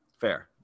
Fair